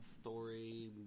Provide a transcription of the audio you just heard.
story